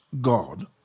God